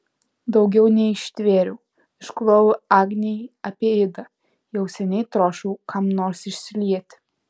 daugiau neištvėriau išklojau agnei apie idą jau seniai troškau kam nors išsilieti